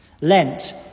Lent